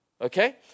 Okay